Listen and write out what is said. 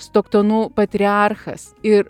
stoktonų patriarchas ir